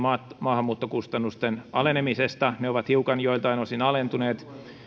maahanmuuttokustannusten alenemisesta ne ovat hiukan joiltain osin alentuneet